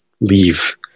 leave